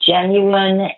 genuine